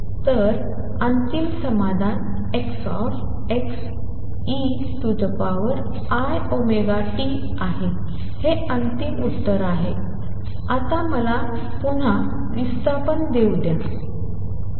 तर अंतिम समाधान Xeiωt आहे हे अंतिम उत्तर आहे आता हे मला पुन्हा विस्थापन देते